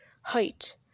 Height